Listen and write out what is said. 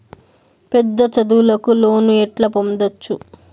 పెద్ద చదువులకు లోను ఎట్లా పొందొచ్చు